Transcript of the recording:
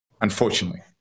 unfortunately